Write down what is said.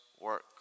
work